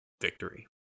victory